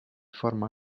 forma